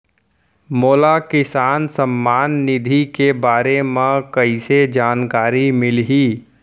मोला किसान सम्मान निधि के बारे म कइसे जानकारी मिलही?